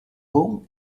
home